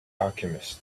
alchemist